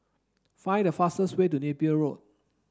find the fastest way to Napier Road